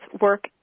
work